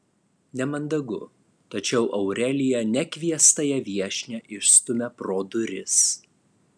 nemandagu tačiau aurelija nekviestąją viešnią išstumia pro duris